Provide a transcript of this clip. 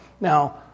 Now